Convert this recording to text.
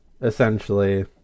essentially